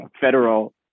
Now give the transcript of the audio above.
federal